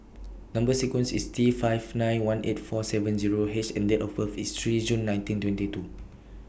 Number sequence IS T five nine one eight four seven Zero H and Date of birth IS three June nineteen twenty two